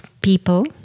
people